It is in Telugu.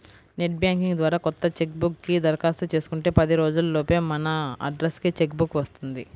నెట్ బ్యాంకింగ్ ద్వారా కొత్త చెక్ బుక్ కి దరఖాస్తు చేసుకుంటే పది రోజుల లోపే మన అడ్రస్ కి చెక్ బుక్ వస్తుంది